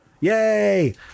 Yay